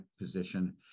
position